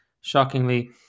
shockingly